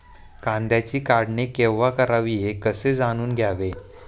कांद्याची काढणी केव्हा करावी हे कसे जाणून घ्यावे?